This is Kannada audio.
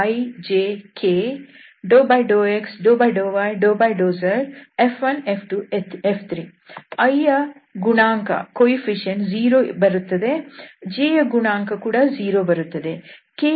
i j k δx δy δz F1 F2 F3 i ಯ ಗುಣಾಂಕ 0 ಬರುತ್ತದೆ j ಯ ಗುಣಾಂಕ ಕೂಡ 0 ಬರುತ್ತದೆ